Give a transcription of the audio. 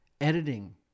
editing